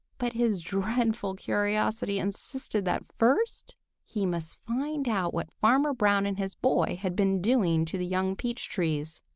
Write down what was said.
but his dreadful curiosity insisted that first he must find out what farmer brown and his boy had been doing to the young peach trees.